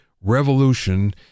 revolution